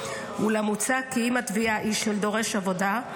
1998. אולם מוצע כי אם התביעה היא של דורש עבודה,